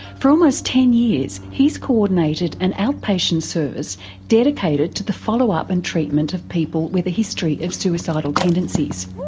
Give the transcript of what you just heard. for almost ten years he's co-ordinated an outpatient service dedicated to the follow-up and treatment of people with a history of suicidal tendencies.